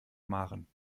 maren